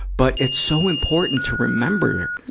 but it's so important to remember,